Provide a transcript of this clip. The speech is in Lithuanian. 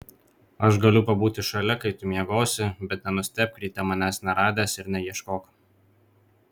aš galiu pabūti šalia kai tu miegosi bet nenustebk ryte manęs neradęs ir neieškok